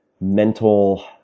mental